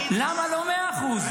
למה לא 100%?